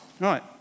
Right